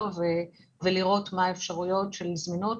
ולראות מה אפשרויות הזמינות.